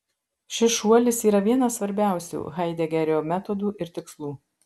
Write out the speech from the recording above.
šis šuolis yra vienas svarbiausių haidegerio metodų ir tikslų